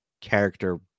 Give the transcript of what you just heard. character